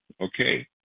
Okay